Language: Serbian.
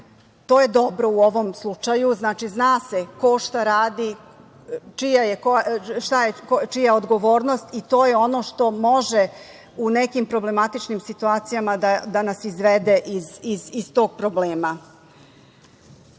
To je dobro u ovom slučaju. Znači, zna se ko šta radi, šta je čija odgovornost i to je ono što može u nekim problematičnim situacijama da nas izvede iz tog problema. Na